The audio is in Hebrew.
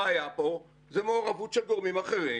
הבעיה פה זה מעורבות של גורמים אחרים,